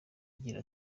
agira